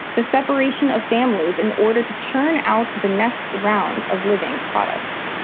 the separation of families in order to churn out the next round of living products.